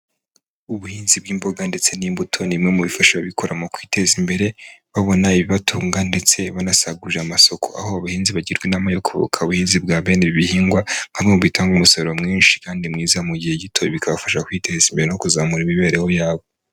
Ubuhinzi bw'imboga ndetse n'imbuto ni bimwe mu bifasha ababikora mu kwiteza imbere, babona ibibatunga ndetse banasagurira amasoko. Aho abahinzi bagirwa inama yo kuyoboka ubuhinzi bwa bene ibi bihingwa nk'abumwe mu butanga umusaruro mwinshi kandi mwiza mu gihe gito, ibi bikabafasha kwiteza imbere no kuzamura imibereho yabo.